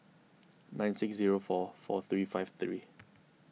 nine six zero four four three five three